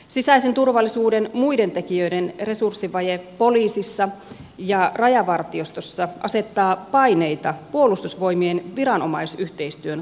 sisäisen turvallisuuden muiden tekijöiden resurssivaje poliisissa ja rajavartiostossa asettaa paineita puolustusvoimien viranomaisyhteistyön kasvattamiselle